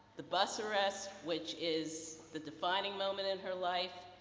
the bus arrest which is the defining moment in her life,